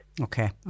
Okay